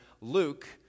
Luke